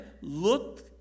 Look